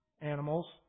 animals